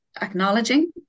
acknowledging